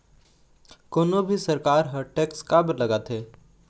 कोनो भी सरकार ह टेक्स काबर लगाथे?